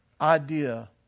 idea